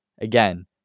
again